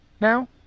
now